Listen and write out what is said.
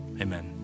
amen